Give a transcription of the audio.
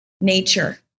Nature